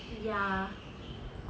ya